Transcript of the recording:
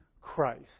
Christ